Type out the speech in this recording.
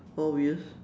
four wheels